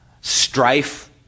strife